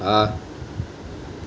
હા